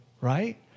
Right